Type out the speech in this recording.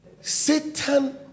Satan